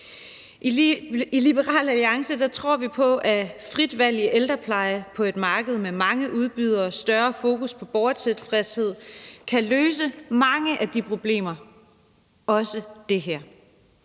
I Liberal Alliance tror vi på, at frit valg i ældreplejen på et marked med mange udbydere og større fokus på borgertilfredshed kan løse mange af de problemer, også det her.